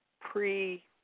pre